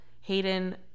Hayden